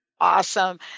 Awesome